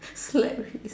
slap his